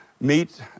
meet